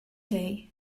day